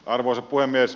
arvoisa puhemies